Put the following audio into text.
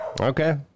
Okay